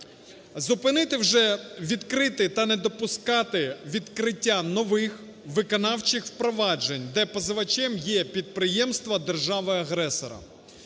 Зупинити вже відкритий та не допускати відкриття нових виконавчих проваджень, де позивачем є підприємства держави-агресора.